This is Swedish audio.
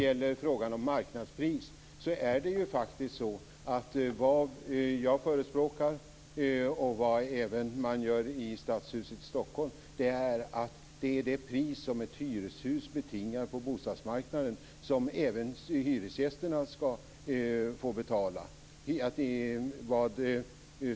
I fråga om marknadspris förespråkar jag, och det gör man även i stadshuset i Stockholm, att det pris som ett hyreshus betingar på bostadsmarknaden skall även hyresgästerna få betala.